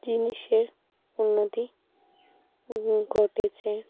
জিনিসের উন্নতি ঘটেছে